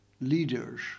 leaders